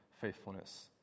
faithfulness